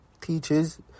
teaches